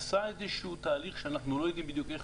עשה איזשהו תהליך שאנחנו לא יודעים בדיוק איך